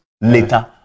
later